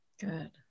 Good